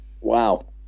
Wow